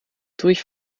durch